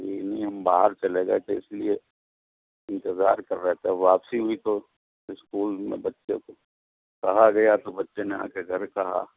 جی نہیں ہم باہر چلے گیے تھے اس لیے انتظار کر رہے تھے واپسی ہوئی تو اسکول میں بچے کو کہا گیا تو بچے نے آکر گھر کہا